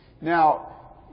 Now